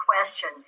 question